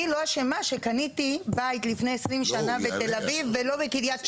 אני לא אשמה שקניתי בית לפני 20 שנה בתל אביב ולא בקרית שמונה.